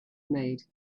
made